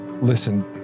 Listen